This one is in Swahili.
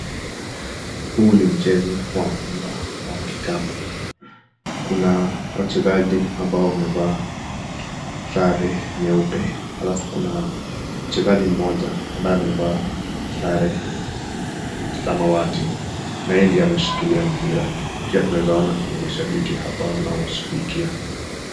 Huu ni mchezo wa mpira wa kikapu kuna wachezaji ambao wamevaa sare nyeupe alafu kuna mchezaji mmoja ambaye amevaa sare samawati naye ndiye ameshikilia mpira pia tunaweza ona kuna mashabiki hapa wanawashughulikia.